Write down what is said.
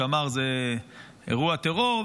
שאמר זה אירוע טרור,